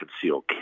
concealed